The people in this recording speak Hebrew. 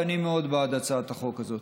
ואני מאוד בעד הצעת החוק הזאת.